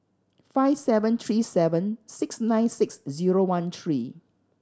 five seven three seven six nine six zero one three